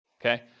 okay